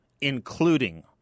Including